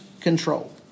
control